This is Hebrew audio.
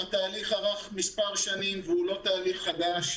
התהליך ארך מספר שנים והוא לא תהליך חדש.